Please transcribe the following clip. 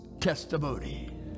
testimony